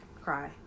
Cry